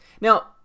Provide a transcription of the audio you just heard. Now